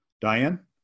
Diane